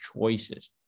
choices